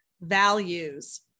values